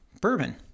bourbon